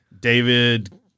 David